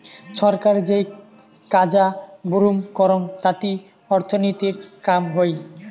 ছরকার যেই কাজা বুরুম করং তাতি অর্থনীতির কাম হই